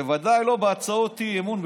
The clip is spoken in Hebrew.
בוודאי לא בהצעות אי-אמון,